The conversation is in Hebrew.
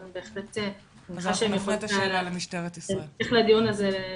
אבל אני מניחה שהם יוכלו לספק בהמשך לדיון הזה.